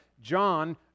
John